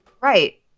right